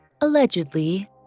allegedly